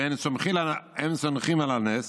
ואין סומכין על הנס,